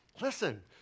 listen